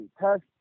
test